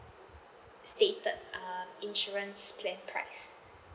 stated uh insurance plans price